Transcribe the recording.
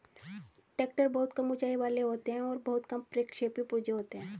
tractor बहुत कम ऊँचाई वाले होते हैं और बहुत कम प्रक्षेपी पुर्जे होते हैं